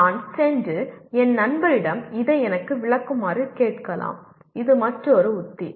நான் சென்று என் நண்பரிடம் இதை எனக்கு விளக்குமாறு கேட்கலாம் இது மற்றொரு உத்தி